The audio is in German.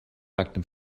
nacktem